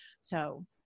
So-